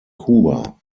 kuba